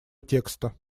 текста